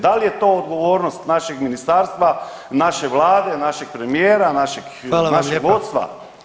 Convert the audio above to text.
Da li je to odgovornost našeg ministarstva, naše vlade, našeg premijera, našeg [[Upadica: Hvala vam lijepa.]] vodstva?